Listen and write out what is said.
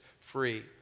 free